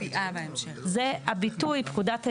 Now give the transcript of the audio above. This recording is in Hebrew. זה הביטוי פקודת היערות,